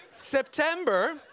September